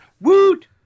woot